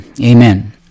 Amen